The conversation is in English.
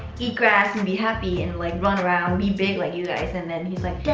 eat grass and be happy and like, run around, be big like you guys? and then he's like,